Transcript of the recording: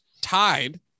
tied